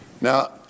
Now